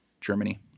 Germany